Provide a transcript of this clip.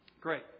Great